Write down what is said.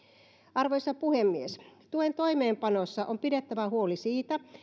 arvoisa puhemies tuen toimeenpanossa on pidettävä huoli siitä